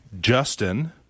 justin